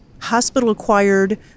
hospital-acquired